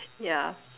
yeah